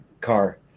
car